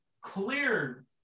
clear